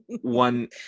One